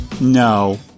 no